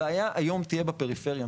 הבעיה היום תהיה בפריפריה.